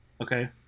Okay